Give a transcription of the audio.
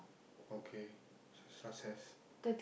okay s~ success